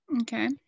Okay